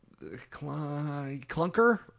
clunker